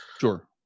sure